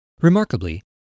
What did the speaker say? Remarkably